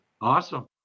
Awesome